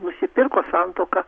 nusipirko santuoką